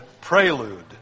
prelude